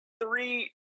three